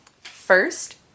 first